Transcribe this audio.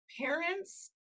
parents